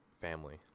family